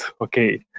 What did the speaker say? okay